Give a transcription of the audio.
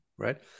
right